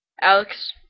Alex